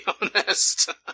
honest